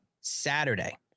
Saturday